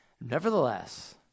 Nevertheless